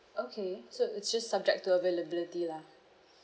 okay so it's just subject to availability lah